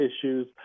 issues